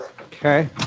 Okay